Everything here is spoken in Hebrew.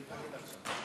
עכשיו.